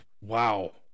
wow